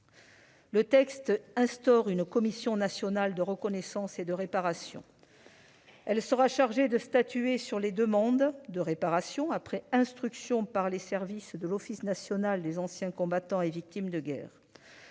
Le texte instaure une commission nationale de reconnaissance et de réparation. Cette instance sera chargée de statuer sur les demandes de réparation après instruction par les services de l'Office national des anciens combattants et victimes de guerre